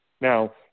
Now